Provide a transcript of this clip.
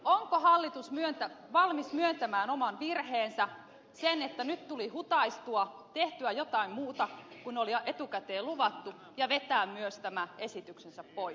onko hallitus valmis myöntämään oman virheensä sen että nyt tuli hutaistua tehtyä jotain muuta kuin oli etukäteen luvattu ja vetämään myös tämän esityksensä pois